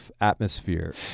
atmosphere